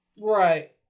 Right